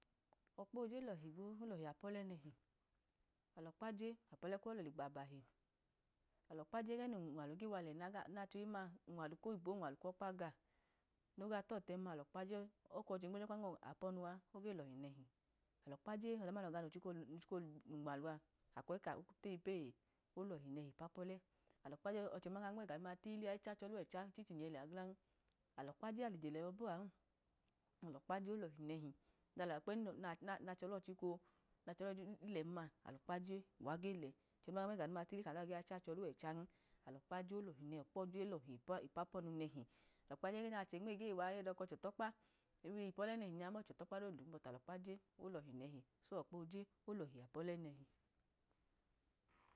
Ọkpa oje lọhi gbo, olọhi apọle nẹhi, alọkpa je apọle kọlọ le gbabahi, alọkpaje nege nunwalu ge wa lẹ nachohim ma, unwalu koyibo unwalu kọkpa ga, noga tọtem ma alọkpa je oko woche no jọkpan wapọnu ogelohi nẹti, alọkpa je ọdaduma go ga nochika olunwalua alọka oteyipee, olọhi neti kapọlẹ alọkpaje oche duma tga nmegadudoma ichichi pi tle ga gbo chachọlọ ẹcham ma, alọkpa je alije lẹ ọbọan, nlọkpa je olọli nẹli oda alẹwa nachọlọ chika nachọlọ ilem-ma alọkpa je uwa ge lẹ, ochẹduma iga nmefaduma pili kanọ gega chachọluwọ ẹchan, alọkpa je olọli nẹhi, ọkpa oje lo̱di nmẹgeyi wa eyọyi dọkpa je ẹgẹ nya achẹ nmẹyeyi wa eyọyi dọka achẹ olọkpa, ohi ipuolẹ nẹlu amọchẹ dodu otọkpan, bẹti alọkpaje olọhi nẹhi, okpa oje olo̱di apu ọlẹ nẹhi.